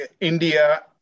India